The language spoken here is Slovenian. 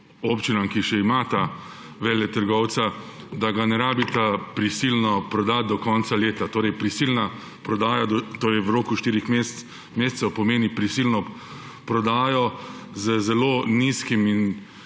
občinama, ki še imata veletrgovca, da ga ne rabita prisilno prodati do konca leta. Prodaja v roku štirih mesecev torej pomeni prisilno prodajo z zelo nizkim in